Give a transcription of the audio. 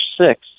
six